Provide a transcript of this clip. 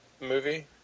movie